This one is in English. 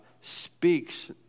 speaks